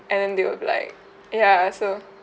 and then they will be like ya so